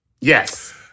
Yes